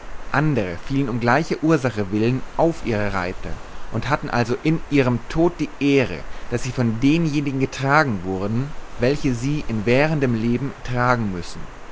andere fielen um gleicher ursache willen auf ihre reuter und hatten also in ihrem tod die ehre daß sie von denjenigen getragen wurden welche sie in währendem leben tragen müssen